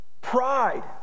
Pride